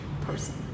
person